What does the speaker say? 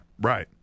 right